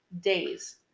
days